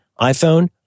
iPhone